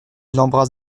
l’embrasse